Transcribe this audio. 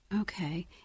okay